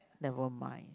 never mind